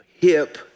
Hip